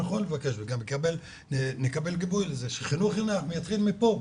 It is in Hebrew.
נכון לבקש וגם לקבל שחינוך חינם יתחיל מפה,